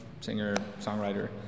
singer-songwriter